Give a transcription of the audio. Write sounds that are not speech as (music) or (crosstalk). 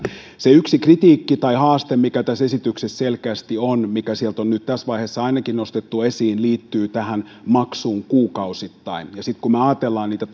se yksi kritiikki tai haaste mikä tässä esityksessä selkeästi on ja mikä sieltä on nyt tässä vaiheessa ainakin nostettu esiin liittyy tähän maksuun kuukausittain ja sitten kun me ajattelemme niitä (unintelligible)